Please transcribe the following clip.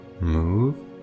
move